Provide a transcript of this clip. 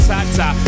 Tata